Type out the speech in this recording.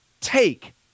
take